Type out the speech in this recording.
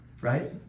right